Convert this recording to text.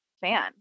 fan